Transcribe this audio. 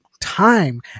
time